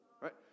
right